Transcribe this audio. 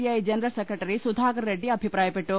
I general secretary Sudhakar Reddy അഭിപ്രാ യപ്പെട്ടു